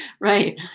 Right